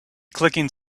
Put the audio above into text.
clicking